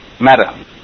Matter